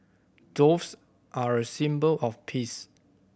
doves are a symbol of peace